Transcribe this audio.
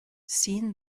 seen